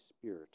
Spirit